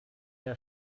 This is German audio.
der